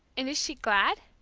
and is she glad?